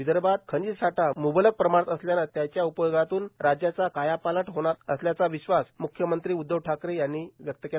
विदर्भात खनिज साठा मुंबलक प्रमाणात असल्यानं त्याचा उपयोगातून राज्याचा कायापालट होणार असल्याचा विश्वास मुख्यमंत्री उद्धव ठाकरे यांनी व्यक्त केला